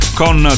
con